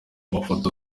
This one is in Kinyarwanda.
mafoto